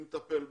מי מטפל בהם,